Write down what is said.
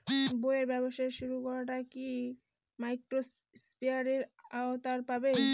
বইয়ের ব্যবসা শুরু করাটা কি মাইক্রোফিন্যান্সের আওতায় পড়বে?